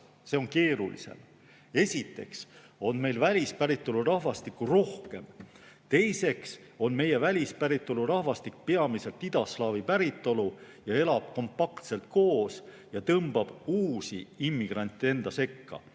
See on keerulisem. Esiteks on meil välispäritolu rahvastikku rohkem. Teiseks on meie välispäritolu rahvastik peamiselt idaslaavi päritolu, elab kompaktselt koos ja tõmbab uusi immigrante enda sekka.